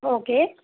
okay